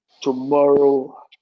tomorrow